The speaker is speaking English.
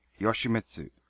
Yoshimitsu